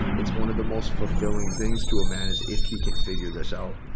it's one of the most fulfilling things to a man as if he can figure this out.